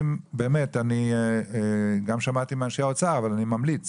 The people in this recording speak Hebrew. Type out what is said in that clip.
גם שמעתי מאנשי האוצר אבל אני ממליץ